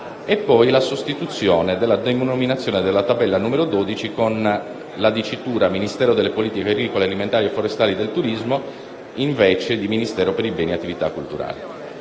e della sostituzione della denominazione della tabella n. 12 con la dicitura «Ministero delle politiche agricole alimentari e forestali e del turismo« invece di «Ministero per i beni e le attività culturali».